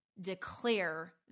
declare